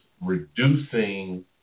reducing